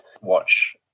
watch